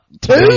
Two